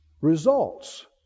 results